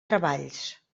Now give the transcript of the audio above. treballs